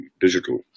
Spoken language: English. digital